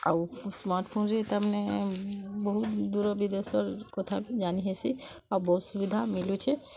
ଆଉ ସ୍ମାର୍ଟଫୋନ୍ରେ ତାମାନେ ବହୁତ୍ ଦୂର ବିଦେଶର କଥା ଜାଣି ହେସି ଆଉ ବହୁତ୍ ସୁବିଧା ମିଳୁଛି